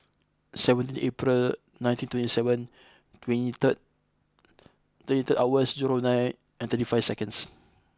seventeen April nineteen twenty seven twenty third twenty third hours zero nine and thirty five seconds